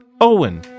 Owen